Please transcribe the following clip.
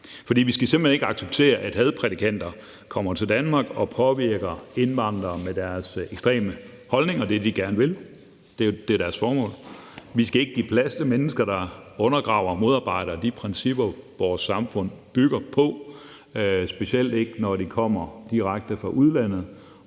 For vi skal simpelt hen ikke acceptere, at hadprædikanter kommer til Danmark og påvirker indvandrere med deres ekstreme holdninger. Det er det, de gerne vil; det er deres formål. Vi skal ikke give plads til mennesker, der undergraver og modarbejder de principper, vores samfund bygger på, specielt ikke når de kommer direkte fra udlandet